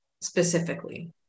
specifically